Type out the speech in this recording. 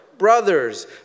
Brothers